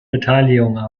beteiligungen